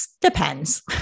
depends